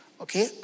Okay